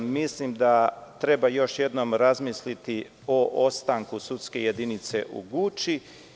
Mislim da treba još jednom razmisliti o ostanku sudske jedinice u Guči.